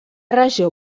regió